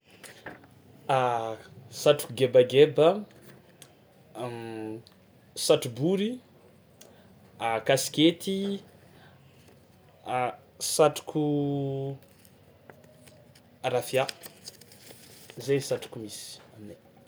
Satroko gebageba, satrobory, a kasikety, a satroko rafià zay satroko misy aminay.